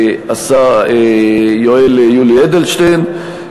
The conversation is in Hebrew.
יולי יואל אדלשטיין.